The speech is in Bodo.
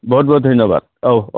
बहुत बहुत धन्य'बाद औ